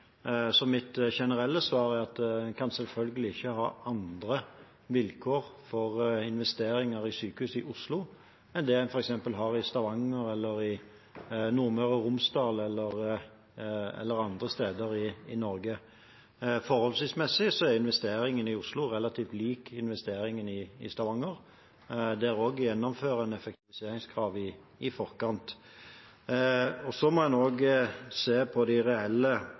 Mitt generelle svar er at en selvfølgelig ikke kan ha andre vilkår for investeringer i sykehus i Oslo enn det en har f.eks. i Stavanger, i Nordmøre og Romsdal eller andre steder i Norge. Forholdsmessig er investeringene i Oslo relativt like investeringene i Stavanger. Der også gjennomfører en effektiviseringskrav i forkant. En må også se på de reelle